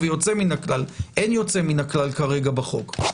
אין יוצא מהכלל בחוק כרגע.